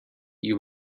you